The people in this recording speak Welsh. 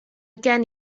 gen